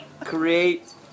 create